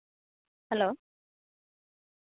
hello